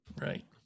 right